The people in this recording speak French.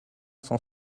cent